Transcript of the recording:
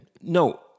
No